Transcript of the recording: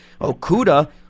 Okuda